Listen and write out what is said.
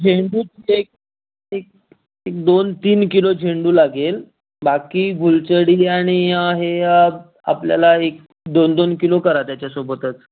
झेंडूची एक एक एक दोन तीन किलो झेंडू लागेल बाकी गुलछडी आणि हे आपल्याला एक दोन दोन किलो करा त्याच्यासोबतच